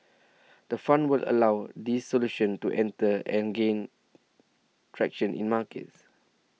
the fund will allow these solutions to enter and gain traction in markets